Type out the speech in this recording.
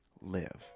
live